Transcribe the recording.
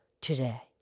today